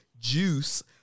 juice